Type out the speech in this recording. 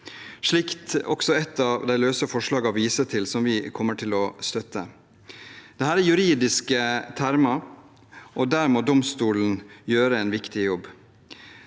slik også et av de løse forslagene viser til, og vi kommer til å støtte det. Dette er juridiske termer, og der må domstolen gjøre en viktig jobb.